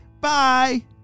Bye